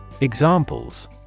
Examples